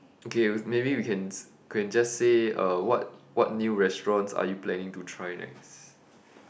okay maybe we can s~ we can just say uh what what new restaurants are you planning to try next